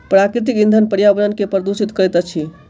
प्राकृतिक इंधन पर्यावरण के प्रदुषित करैत अछि